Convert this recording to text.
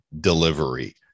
delivery